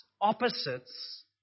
opposites